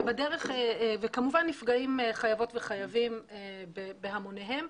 כמובן שנפגעים חייבות וחייבים בהמוניהם.